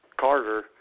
Carter